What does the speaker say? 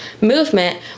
movement